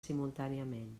simultàniament